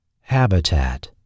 Habitat